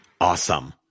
Awesome